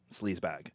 sleazebag